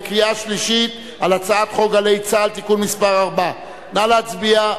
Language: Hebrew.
בקריאה שלישית על הצעת חוק "גלי צה"ל" (תיקון מס' 4). נא להצביע,